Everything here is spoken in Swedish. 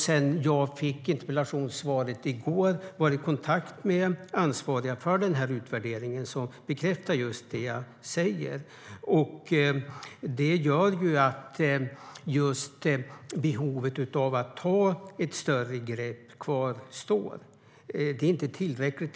Sedan jag fick interpellationssvaret i går har vi varit i kontakt med ansvariga för utvärderingen, och de bekräftade just det jag säger. Det gör att behovet av att ta ett större grepp kvarstår. Det som görs nu är inte tillräckligt.